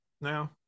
now